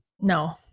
no